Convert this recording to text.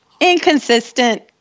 inconsistent